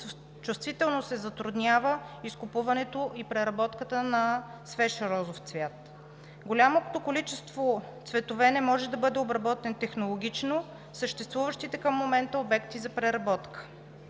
чувствително затруднява изкупуването и преработката на свеж розов цвят. Голямото количество цветове не може да бъде обработен технологично в съществуващите към момента обекти за преработка.